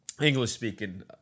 English-speaking